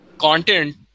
content